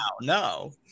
No